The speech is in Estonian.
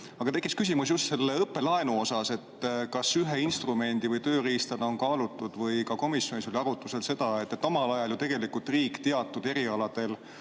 Aga tekkis küsimus just selle õppelaenu kohta. Kas ühe instrumendi või tööriistana on kaalutud või ka komisjonis oli arutusel see, et omal ajal ju tegelikult riik teatud erialadel